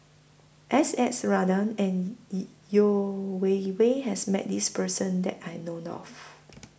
S S Ratnam and Yeo Wei Wei has Met This Person that I know of